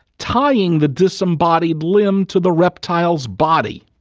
tying the disembodied limb to the reptile's body.